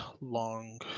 long